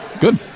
Good